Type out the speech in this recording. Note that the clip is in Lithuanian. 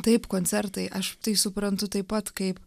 taip koncertai aš tai suprantu taip pat kaip